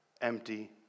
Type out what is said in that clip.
empty